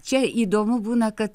čia įdomu būna kad